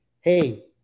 Hey